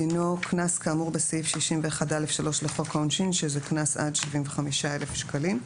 דינו קנס כאמור סעיף 61(א)(3) לחוק העונשין:" זה קנס עד 75,000 שקלים.